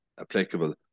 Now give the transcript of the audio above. applicable